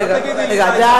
רגע, אל תגידי לי די.